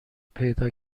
پیدا